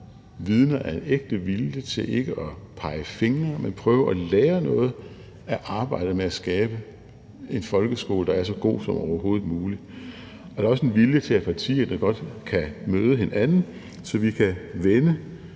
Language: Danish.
vidner om ægte vilje til ikke at pege fingre, men at prøve at lære noget af arbejdet med at skabe en folkeskole, der er så god som overhovedet muligt. Og der er også en vilje og partier, der godt kan møde hinanden, så vi kan vende